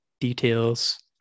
details